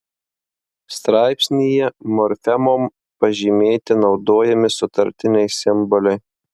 straipsnyje morfemom pažymėti naudojami sutartiniai simboliai